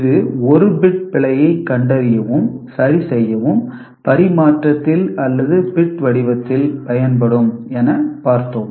இது ஒரு பிட் பிழையை கண்டறியவும் சரிசெய்யவும் பரிமாற்றத்தில் அல்லது பிட் வடிவத்தில் பயன்படும் என பார்த்தோம்